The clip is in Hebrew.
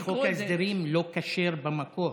כי חוק ההסדרים לא כשר במקור.